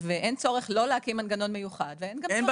ואין צורך להקים מנגנון מיוחד ואין צורך בביטוח הלאומי.